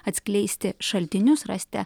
atskleisti šaltinius rasite